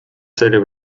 serie